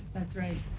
that's right.